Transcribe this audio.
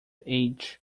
age